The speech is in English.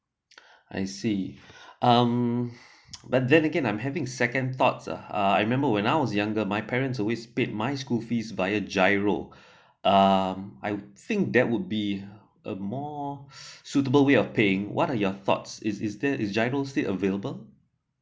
I see um but then again I'm having second thoughts uh I remember when I was younger my parents always paid my school fees via giro um I would think that would be a more suitable way of paying what are your thoughts is is that is giro still available